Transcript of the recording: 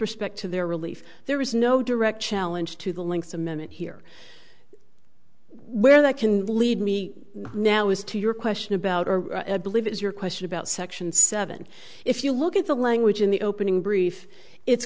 respect to their relief there is no direct challenge to the links a minute here where that can lead me now as to your question about or believe it is your question about section seven if you look at the language in the opening brief it's